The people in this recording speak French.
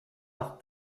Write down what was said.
par